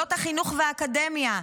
מוסדות החינוך והאקדמיה,